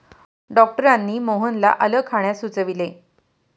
डॉक्टरांनी मोहनला आलं खाण्यास सुचविले